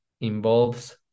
involves